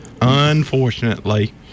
Unfortunately